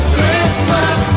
Christmas